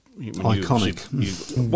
iconic